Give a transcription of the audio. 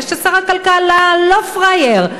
אלא ששר הכלכלה לא פראייר,